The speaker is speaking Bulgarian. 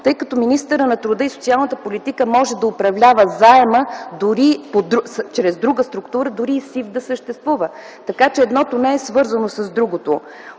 тъй като министърът на труда и социалната политика може да управлява заема дори чрез друга структура, дори СИФ да съществува. Така че едното не е свързано с другото.